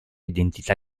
identità